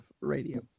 radio